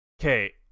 Okay